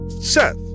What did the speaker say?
Seth